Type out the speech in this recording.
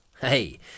Hey